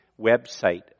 website